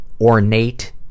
ornate